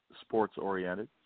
sports-oriented